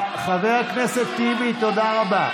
בושה וחרפה.